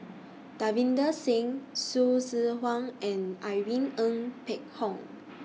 Davinder Singh Hsu Tse Kwang and Irene Ng Phek Hoong